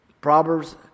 Proverbs